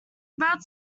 about